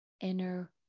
inner